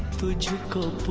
to to go